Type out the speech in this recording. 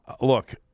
Look